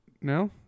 No